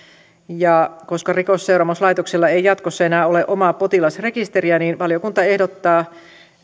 ja koska rikosseuraamuslaitoksella ei ei jatkossa enää ole omaa potilasrekisteriä valiokunta ehdottaa